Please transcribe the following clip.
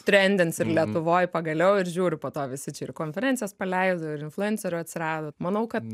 trendinsim lietuvoj pagaliau ir žiūriu po to visi čia ir konferencijas paleido ir influencerių atsirado manau kad